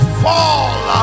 fall